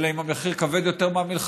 אלא אם כן המחיר כבד יותר מהמלחמה,